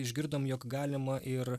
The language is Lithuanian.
išgirdom jog galima ir